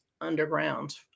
underground